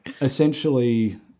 essentially